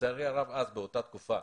לצערי הרב אז, באותה תקופה,